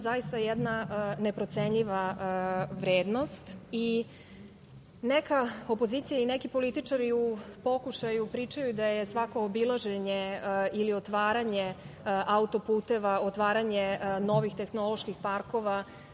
zaista jedna neprocenjiva vrednost. Neka opozicija i neki političari u pokušaju pričaju da je svako obilaženje ili otvaranje auto-puteva, otvaranje novih tehnoloških parkova,